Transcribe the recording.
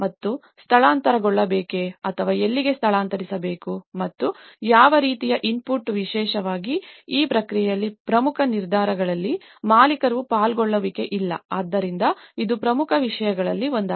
ಮತ್ತು ಸ್ಥಳಾಂತರಗೊಳ್ಳಬೇಕೆ ಅಥವಾ ಎಲ್ಲಿಗೆ ಸ್ಥಳಾಂತರಿಸಬೇಕು ಮತ್ತು ಯಾವ ರೀತಿಯ ಇನ್ಪುಟ್ ವಿಶೇಷವಾಗಿ ಈ ಪ್ರಕ್ರಿಯೆಯಲ್ಲಿ ಪ್ರಮುಖ ನಿರ್ಧಾರಗಳಲ್ಲಿ ಮಾಲೀಕರ ಪಾಲ್ಗೊಳ್ಳುವಿಕೆ ಇಲ್ಲ ಆದ್ದರಿಂದ ಇದು ಪ್ರಮುಖ ವಿಷಯಗಳಲ್ಲಿ ಒಂದಾಗಿದೆ